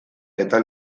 eta